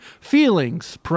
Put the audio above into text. Feelings